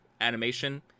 animation